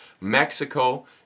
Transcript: Mexico